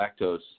lactose